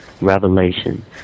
revelation